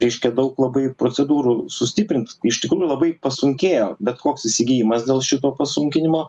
reiškia daug labai procedūrų sustiprint iš tikrųjų labai pasunkėjo bet koks įsigijimas dėl šito pasunkinimo